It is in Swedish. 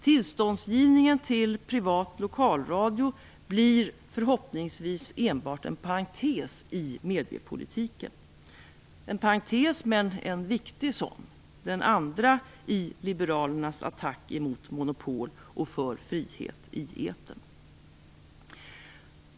Tillståndsgivningen till privat lokalradio blir förhoppningsvis enbart en parentes i mediepolitiken, om än en viktig parentes - den andra liberala attacken mot monopol och för frihet i etern.